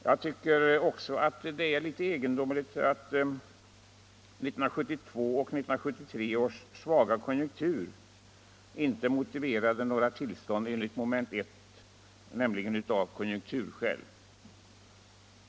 Jag tycker också att det är litet egendomligt att 1972 och 1973 års svaga konjunktur inte motiverade några tillstånd enligt mom. I, nämligen av konjunkturskäl.